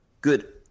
good